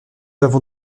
avons